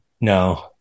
No